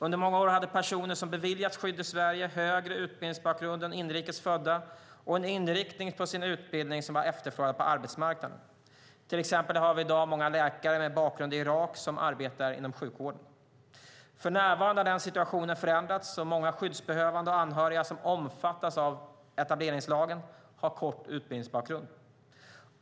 Under många år hade personer som beviljats skydd i Sverige högre utbildningsbakgrund än inrikes födda och en inriktning på sin utbildning som var efterfrågad på arbetsmarknaden. Till exempel har vi i dag många läkare med bakgrund i Irak som arbetar inom sjukvården. För närvarande har den situationen förändrats, och många skyddsbehövande och anhöriga som omfattas av etableringslagen har kort utbildningsbakgrund.